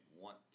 want